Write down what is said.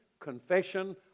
Confession